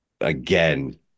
Again